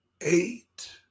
eight